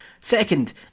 Second